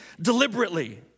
deliberately